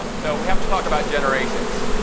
um so we have to talk about generations.